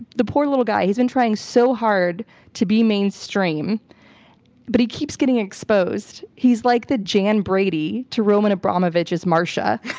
the poor little guy, he's been trying so hard to be mainstream but he keeps getting exposed. he's like the jan brady to roman abramovich's marcia.